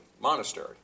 monastery